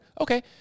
okay